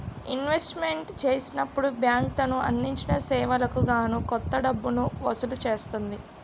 investment చేసినప్పుడు bank తను అందించిన సేవలకు గాను కొంత డబ్బును వసూలు చేస్తుంది